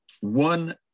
one